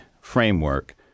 framework